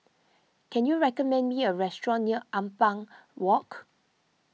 can you recommend me a restaurant near Ampang Walk